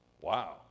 Wow